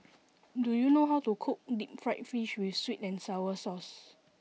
do you know how to cook deep fried fish with sweet and sour sauce